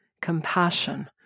compassion